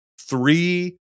three